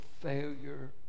failure